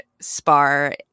spar